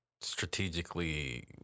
strategically